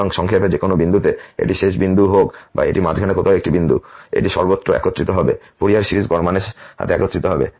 সুতরাং সংক্ষেপে যেকোনো বিন্দুতে এটি শেষ বিন্দু হোক বা এটি মাঝখানে কোথাও একটি বিন্দু এটি সর্বদা একত্রিত হবে ফুরিয়ার সিরিজ গড় মানের সাথে একত্রিত হবে